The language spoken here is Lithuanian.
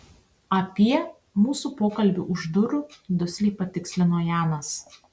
apie mūsų pokalbį už durų dusliai patikslino janas